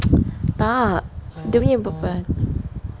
tak dia punya bukan